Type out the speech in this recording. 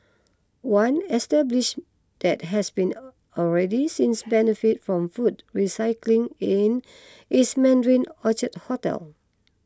one establish that has been already since benefits from food recycling in is Mandarin Orchard hotel